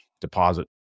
deposit